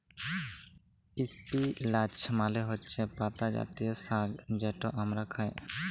ইস্পিলাচ মালে হছে পাতা জাতীয় সাগ্ যেট আমরা খাই